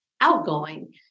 outgoing